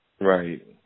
Right